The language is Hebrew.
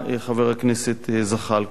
חבר הכנסת זחאלקה העלה שאלות נוספות,